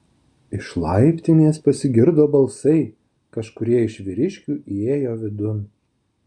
iš laiptinės pasigirdo balsai kažkurie iš vyriškių įėjo vidun